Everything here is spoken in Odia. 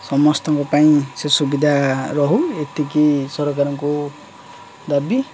ସମସ୍ତଙ୍କ ପାଇଁ ସେ ସୁବିଧା ରହୁ ଏତିକି ସରକାର ଙ୍କୁ ଦାବି